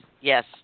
Yes